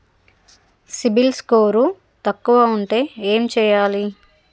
CIBIL score తక్కువ ఉంటే ఏం చేయాలి?